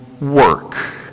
work